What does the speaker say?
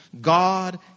God